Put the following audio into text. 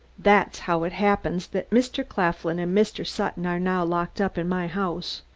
that's how it happens that mr. claflin and mr. sutton are now locked up in my house.